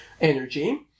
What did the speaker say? energy